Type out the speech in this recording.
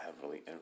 heavily